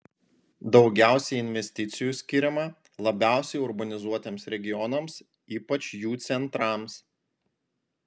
daugiausiai investicijų skiriama labiausiai urbanizuotiems regionams ypač jų centrams